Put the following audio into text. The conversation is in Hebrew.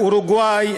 אורוגוואי,